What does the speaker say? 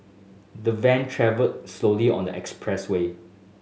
the van travelled slowly on the expressway